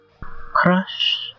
crush